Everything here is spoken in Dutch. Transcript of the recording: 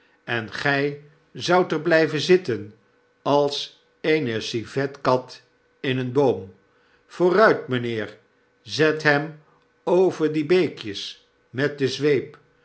en gij zoudt er blyven zitten als eene civetkat in een boom vooruit mpheer i zet hem over die beekjes met de zweep